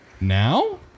Now